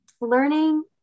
learning